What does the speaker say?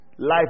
Life